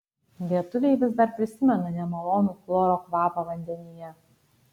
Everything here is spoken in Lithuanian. lietuviai vis dar prisimena nemalonų chloro kvapą vandenyje